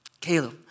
Caleb